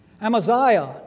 Amaziah